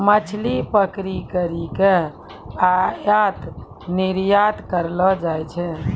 मछली पकड़ी करी के आयात निरयात करलो जाय छै